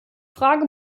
frage